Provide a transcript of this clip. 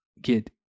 get